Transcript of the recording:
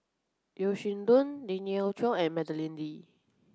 Yeo Shih Yun Lien Ying Chow and Madeleine Lee